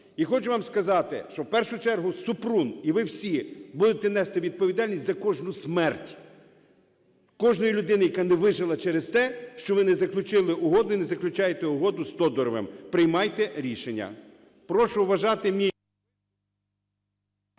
І хочу вам сказати, що в першу чергу Супрун і ви всі будете нести відповідальність за кожну смерть кожної людини, яка не вижила через те, що ви не заключили угоди, не заключаєте угоду з Тодоровим. Приймайте рішення.